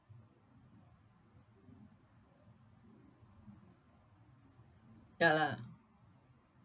ya lah